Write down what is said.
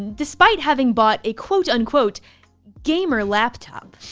despite having bought a quote, unquote gamer laptop.